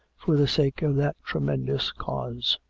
for the sake of that tremendous cause.